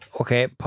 Okay